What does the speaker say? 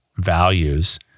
Values